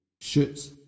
shoots